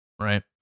right